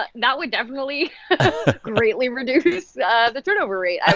but that would definitely greatly reduce yeah the turnover rate,